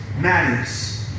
Matters